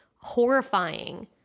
horrifying